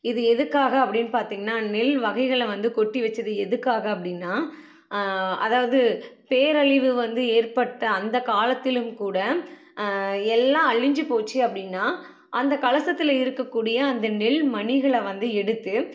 இது எதுக்காக அப்டின்னு பாத்தீங்கன்னா நெல் வகைகளை வந்து கொட்டி வச்சது எதுக்காக அப்டின்னா அதாவது பேரழிவு வந்து ஏற்பட்ட அந்த காலத்திலும் கூட எல்லாம் அழிந்து போச்சி அப்படின்னா அந்த கலசத்தில் இருக்கக்கூடிய அந்த நெல் மணிகளை வந்து எடுத்து